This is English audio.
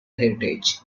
heritage